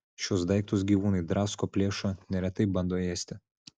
šiuos daiktus gyvūnai drasko plėšo neretai bando ėsti